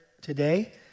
today